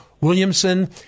Williamson